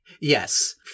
Yes